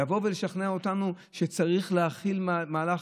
לבוא ולשכנע אותנו שצריך להחיל מהלך